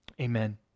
amen